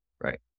right